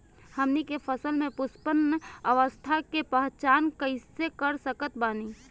हमनी के फसल में पुष्पन अवस्था के पहचान कइसे कर सकत बानी?